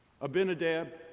Abinadab